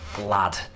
lad